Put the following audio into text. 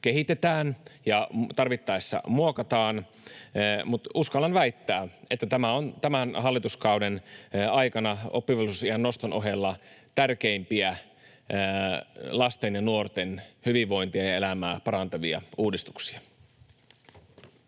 kehitetään ja tarvittaessa muokataan, mutta uskallan väittää, että tämä on tämän hallituskauden aikana oppivelvollisuusiän noston ohella tärkeimpiä lasten ja nuorten hyvinvointia ja elämää parantavia uudistuksia.